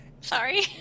Sorry